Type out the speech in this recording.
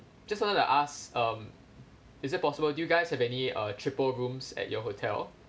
just wanna ask um is it possible do you guys have any uh triple rooms at your hotel